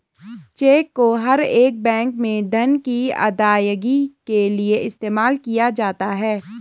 check को हर एक बैंक में धन की अदायगी के लिये इस्तेमाल किया जाता है